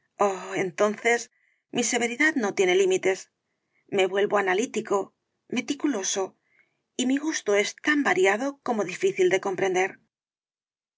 entonces mi severidad no tiene límites me vuelvo analítico meticuloso y mi gusto es tan variado como difícil de comprender